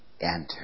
Enter